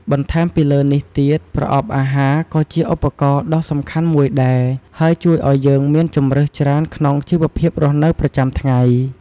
បន្ថែមពីលើនេះទៀត ប្រអប់អាហារក៏ជាឧបករណ៍ដ៏សំខាន់មួយដែរ ហើយជួយឲ្យយើងមានជម្រើសច្រើនក្នុងជីវភាពរស់នៅប្រចាំថ្ងៃ។